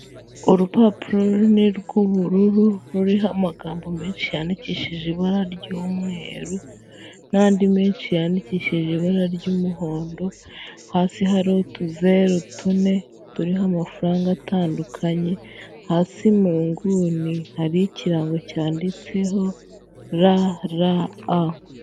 Urupapuro runini rw'ubururu ruriho amagambo menshi yandikishije ibara ry'umweru n'andi menshi yandikishije ibara ry'umuhondo, hasi hari utuzeru tune turiho amafaranga atandukanye, hasi mu nguni hari ikirango cyanditseho RRA.